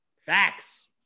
Facts